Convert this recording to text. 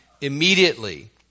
immediately